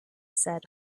said